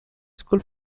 school